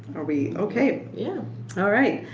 are we ok? yeah alright,